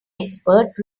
expert